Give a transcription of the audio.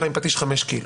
אלא עם פטיש 5 קילו.